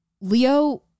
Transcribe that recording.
Leo